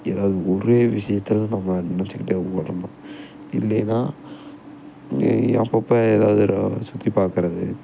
ஏதாவுது ஒரே விஷயத்தில நம்ம நினைச்சுக்கிட்டே ஓடணும் இல்லேன்னா அங்கேயும் இங்கேயும் அப்பப்போ ஏதாவுது சுற்றி பார்க்குறது